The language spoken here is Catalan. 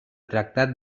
tractat